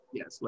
Yes